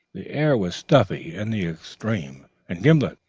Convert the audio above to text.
the air was stuffy in the extreme, and gimblet,